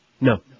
No